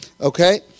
okay